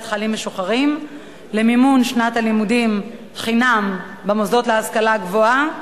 חיילים משוחררים למימון שנת הלימודים חינם במוסדות להשכלה גבוהה,